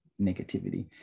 negativity